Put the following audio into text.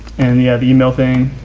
and yeah, the email thing,